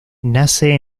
nace